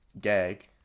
gag